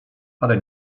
ale